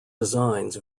designs